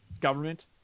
government